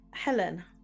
Helen